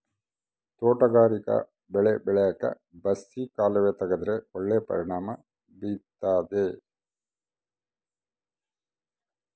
ತೋಟಗಾರಿಕಾ ಬೆಳೆ ಬೆಳ್ಯಾಕ್ ಬಸಿ ಕಾಲುವೆ ತೆಗೆದ್ರ ಒಳ್ಳೆ ಪರಿಣಾಮ ಬೀರ್ತಾದ